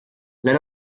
let